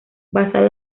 basado